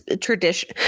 tradition